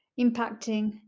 impacting